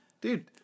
Dude